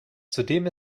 zudem